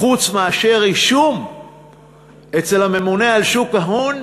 חוץ מרישום אצל הממונה על שוק ההון,